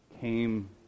came